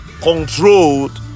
Controlled